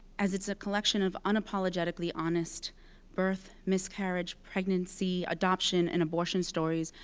as it's a collection of unapologetically honest birth, miscarriage, pregnancy, adoption, and abortion stories.